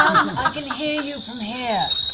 ah can hear you from here.